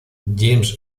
james